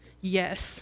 yes